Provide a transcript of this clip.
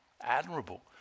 admirable